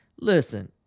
Listen